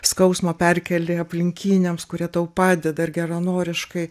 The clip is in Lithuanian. skausmą perkeli aplinkiniams kurie tau padeda ir geranoriškai